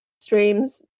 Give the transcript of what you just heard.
streams